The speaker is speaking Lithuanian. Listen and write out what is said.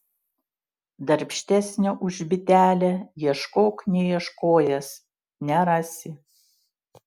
darbštesnio už bitelę ieškok neieškojęs nerasi